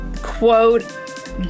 quote